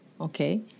okay